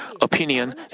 opinion